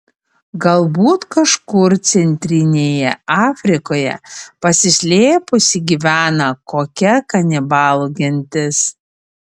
galbūt kažkur centrinėje afrikoje pasislėpusi gyvena kokia kanibalų gentis